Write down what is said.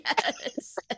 yes